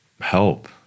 help